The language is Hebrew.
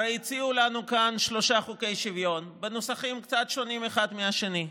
הרי הציעו לנו כאן שלושה חוקי שוויון בנוסחים קצת שונים אחד מהשני.